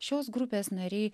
šios grupės nariai